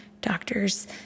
doctors